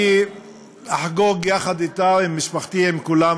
אני אחגוג יחד אתה, עם משפחתי, עם כולם.